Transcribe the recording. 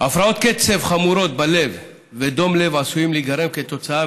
הפרעות קצב חמורות בלב ודום לב עשויים להיגרם כתוצאה